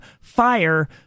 fire